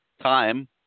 time